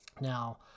Now